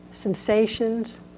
Sensations